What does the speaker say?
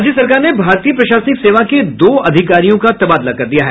राज्य सरकार ने भारतीय प्रशासनिक सेवा के दो अधिकारियों का तबादला कर दिया है